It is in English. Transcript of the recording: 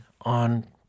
on